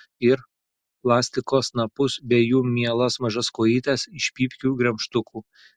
ir plastiko snapus bei jų mielas mažas kojytes iš pypkių gremžtukų